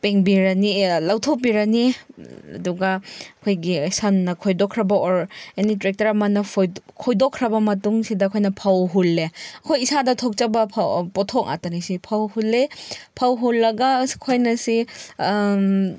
ꯄꯦꯡꯕꯤꯔꯅꯤ ꯂꯧꯊꯣꯛꯄꯤꯔꯅꯤ ꯑꯗꯨꯒ ꯑꯩꯈꯣꯏꯒꯤ ꯁꯟꯅ ꯈꯣꯏꯗꯣꯛꯈ꯭ꯔꯕ ꯑꯣꯔ ꯑꯦꯅꯤ ꯇ꯭ꯔꯦꯛꯇꯔ ꯑꯃꯅ ꯈꯣꯏꯗꯣꯛꯈ꯭ꯔꯕ ꯃꯇꯨꯡꯁꯤꯗ ꯑꯩꯈꯣꯏꯅ ꯐꯧ ꯍꯨꯜꯂꯦ ꯑꯩꯈꯣꯏ ꯏꯁꯥꯗ ꯊꯣꯛꯆꯕ ꯐꯧ ꯄꯣꯠꯊꯣꯛ ꯉꯥꯛꯇꯅꯦ ꯁꯤ ꯐꯧ ꯍꯨꯜꯂꯦ ꯐꯧ ꯍꯨꯜꯂꯒ ꯑꯩꯈꯣꯏꯅ ꯁꯤ